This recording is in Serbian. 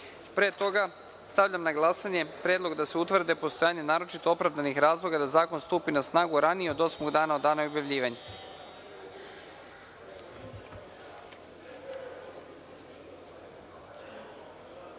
toga stavljam na glasanje predlog da se utvrdi postojanje naročito opravdanih razloga da zakon stupi na snagu ranije od osmog dana od dana objavljivanja. Molim